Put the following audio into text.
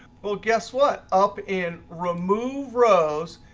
well, guess what? up in remove rows,